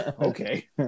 okay